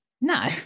No